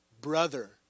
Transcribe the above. Brother